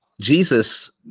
Jesus